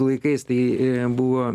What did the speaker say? laikais tai buvo